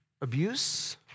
Abuse